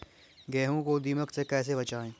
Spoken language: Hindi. गेहूँ को दीमक से कैसे बचाएँ?